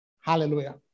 Hallelujah